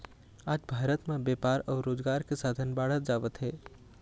आज भारत म बेपार अउ रोजगार के साधन बाढ़त जावत हे